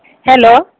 hello